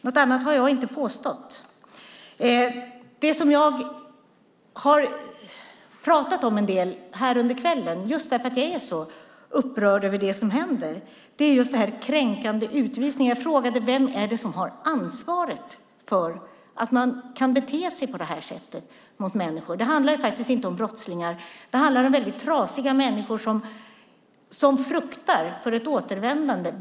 Något annat har jag inte påstått. Det som jag har pratat om en del här under kvällen just därför att jag är så upprörd över det som händer är just kränkande utvisningar. Jag frågade: Vem är det som har ansvaret för att man kan bete sig på detta sätt mot människor? Det handlar faktiskt inte om brottslingar. Det handlar om väldigt trasiga människor som fruktar för ett återvändande.